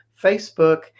Facebook